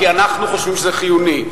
כי אנחנו חושבים שזה חיוני.